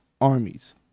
armies